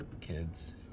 kids